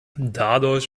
dadurch